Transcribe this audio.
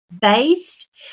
based